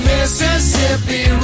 Mississippi